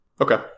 okay